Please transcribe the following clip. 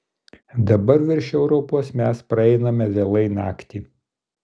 dabar virš europos mes praeiname vėlai naktį